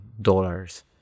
dollars